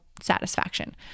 satisfaction